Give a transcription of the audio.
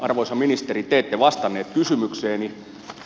arvoisa ministeri te ette vastannut kysymykseeni